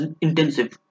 intensive